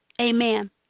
Amen